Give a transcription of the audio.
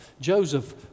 Joseph